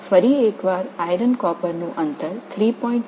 மீண்டும் இரும்பு காப்பர் தூரம் 3